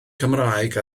cymraeg